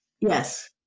Yes